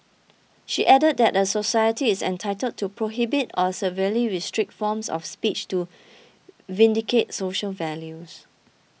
she added that a society is entitled to prohibit or severely restrict forms of speech to vindicate social values